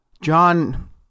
John